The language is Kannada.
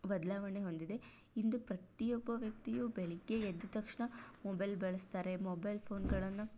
ಬದಲಾವಣೆ ಹೊಂದಿದೆ ಇಂದು ಪ್ರತಿಯೊಬ್ಬ ವ್ಯಕ್ತಿಯು ಬೆಳಗ್ಗೆ ಎದ್ದು ತಕ್ಷಣ ಮೊಬೆಲ್ ಬಳಸ್ತಾರೆ ಮೊಬೆಲ್ ಫೋನ್ಗಳನ್ನು